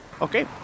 Okay